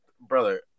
brother